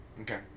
Okay